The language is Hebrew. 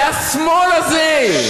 זה השמאל הזה.